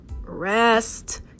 Rest